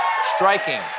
Striking